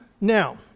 Now